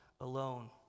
alone